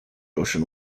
ocean